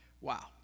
Wow